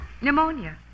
Pneumonia